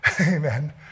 amen